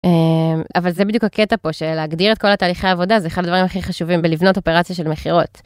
אבל זה בדיוק הקטע פה של להגדיר את כל התהליכי העבודה זה אחד הדברים הכי חשובים בלבנות אופרציה של מכירות.